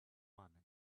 money